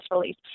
release